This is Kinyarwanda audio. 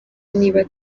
niba